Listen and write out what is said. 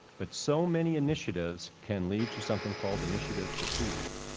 but so many initiatives can lead to something called initiative fatigue.